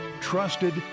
trusted